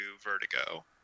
vertigo